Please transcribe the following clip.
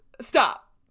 stop